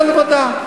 והבאתי את זה לוועדה.